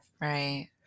Right